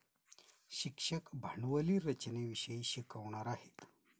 शिक्षक भांडवली रचनेविषयी शिकवणार आहेत